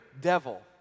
devil